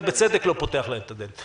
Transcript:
ובצדק לא פותח להם את הדלת.